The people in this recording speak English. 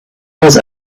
was